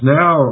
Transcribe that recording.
now